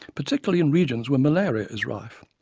particularly in regions where malaria is rife.